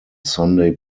sunday